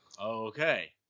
okay